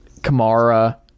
Kamara